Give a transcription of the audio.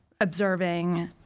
observing